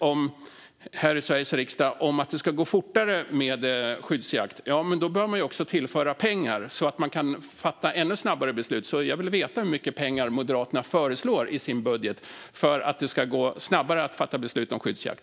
Om Sveriges riksdag fattar beslut om fortare skyddsjakt behöver det tillföras pengar så att man kan fatta ännu snabbare beslut. Jag vill därför veta hur mycket pengar Moderaterna föreslår i sin budget för att det ska gå snabbare att fatta beslut om skyddsjakt.